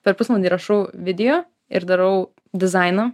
per pusvalandį rašau video ir darau dizainą